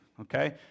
Okay